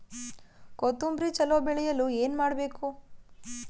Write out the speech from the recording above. ಕೊತೊಂಬ್ರಿ ಚಲೋ ಬೆಳೆಯಲು ಏನ್ ಮಾಡ್ಬೇಕು?